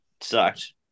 sucked